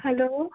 hello